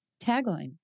tagline